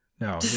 No